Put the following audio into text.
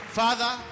father